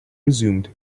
resumed